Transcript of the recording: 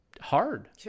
hard